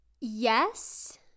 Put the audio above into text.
Yes